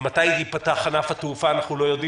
ומתי ייפתח ענף התעופה אנחנו לא יודעים.